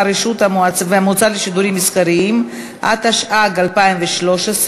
(הרשות והמועצה לשידורים מסחריים), התשע"ג 2013,